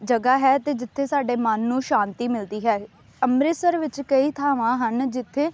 ਜਗ੍ਹਾ ਹੈ ਅਤੇ ਜਿੱਥੇ ਸਾਡੇ ਮਨ ਨੂੰ ਸ਼ਾਂਤੀ ਮਿਲਦੀ ਹੈ ਅੰਮ੍ਰਿਤਸਰ ਵਿੱਚ ਕਈ ਥਾਵਾਂ ਹਨ ਜਿੱਥੇ